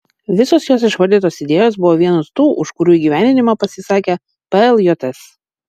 visos jos išvardytos idėjos buvo vienos tų už kurių įgyvendinimą pasisakė pljs